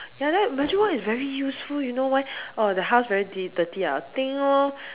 ya then magic wand is very useful you know why oh the house very di dirty ah ding loh